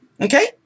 Okay